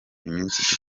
iminsi